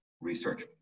research